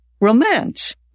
romance